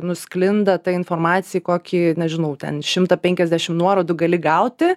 nusklinda ta informacija į kokį nežinau ten šimtą penkiasdešim nuorodų gali gauti